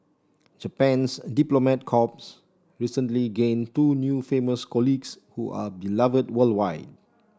Japan's diplomat corps recently gained two new famous colleagues who are beloved worldwide